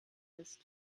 ist